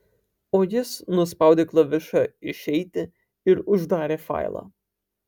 o jis nuspaudė klavišą išeiti ir uždarė failą